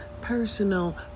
personal